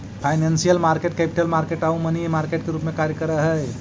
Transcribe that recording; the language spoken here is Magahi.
फाइनेंशियल मार्केट कैपिटल मार्केट आउ मनी मार्केट के रूप में कार्य करऽ हइ